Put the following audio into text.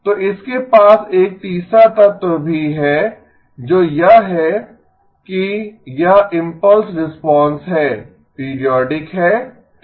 तो इसके पास एक एक तीसरा तत्व भी है जो यह है कि यह इम्पल्स रिस्पांस है पीरियोडिक है ठीक है